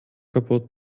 kaputt